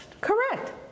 Correct